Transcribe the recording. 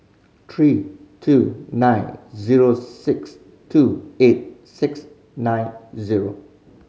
three two nine zero six two eight six nine zero